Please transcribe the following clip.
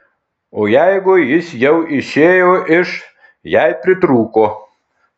o jeigu jis jau išėjo iš jei pritrūko